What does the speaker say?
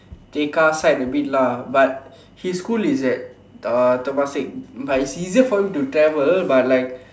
Tekka side a bit lah but his school is at uh Temasek but it's easier for him to travel but like